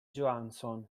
johansson